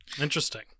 Interesting